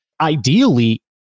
Ideally